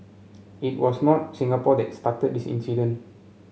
it was not Singapore that started this incident